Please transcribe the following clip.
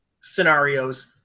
scenarios